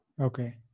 Okay